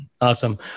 Awesome